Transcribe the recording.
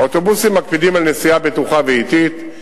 האוטובוסים מקפידים על נסיעה בטוחה ואטית,